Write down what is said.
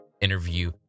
interview